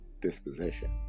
disposition